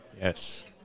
Yes